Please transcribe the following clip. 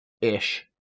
ish